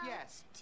Yes